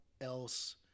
else